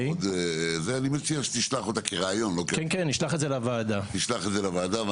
אני מציע שתשלח את זה כרעיון לוועדה ונראה.